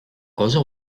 cosa